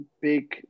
big